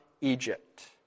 Egypt